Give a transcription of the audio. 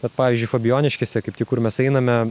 vat pavyzdžiui fabijoniškėse kaip tik kur mes einame